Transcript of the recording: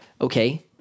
okay